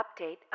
update